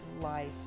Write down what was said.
life